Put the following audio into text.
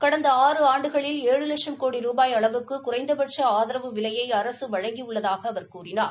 கடந்த ஆறு ஆண்டுகளில் ஏழு லட்சம் கோடி ரூபாய் அளவுக்கு குறைந்த ஆதரவு விலையை அரசு வழங்கி உள்ளதாக அவர் கூறினார்